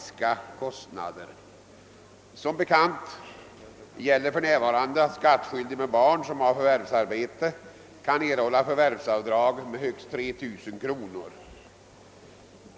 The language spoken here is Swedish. Som bekant gäller för närvarande att skattskyldig med barn som har förvärvsarbete kan erhålla förvärvsavdrag med högst 3 000 kronor.